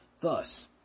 Thus